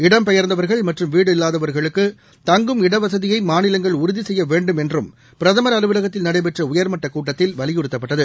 இடம் பெயர்ந்தவர்கள் மற்றும் வீடு இல்லாதவர்களுக்கு தங்கும் இடவசதியை மாநிலங்கள் உறுதி செய்ய வேண்டும் என்றும் பிரதம் அலுவலகத்தில் நடைபெற்ற உயா்மட்டக் கூட்டத்தில் வலியுறத்தப்பட்டது